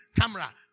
camera